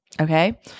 okay